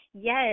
Yes